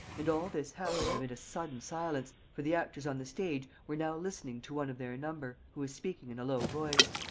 and all this happened amid a sudden silence, for the actors on the stage were now listening to one of their number, who was speaking in a low voice.